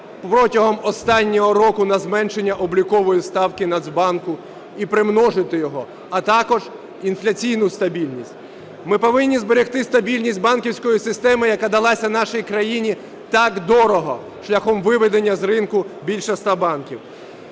протягом останнього року на зменшення облікової ставки Нацбанку і примножити його, а також інфляційну стабільність. Ми повинні зберегти стабільність банківської системи, яка далася нашій країні так дорого – шляхом виведення з ринку більше ста банків.